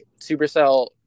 Supercell